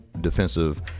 defensive